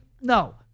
no